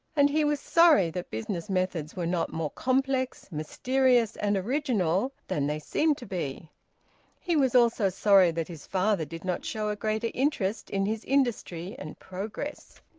and he was sorry that business methods were not more complex, mysterious, and original than they seemed to be he was also sorry that his father did not show a greater interest in his industry and progress.